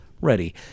ready